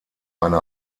eine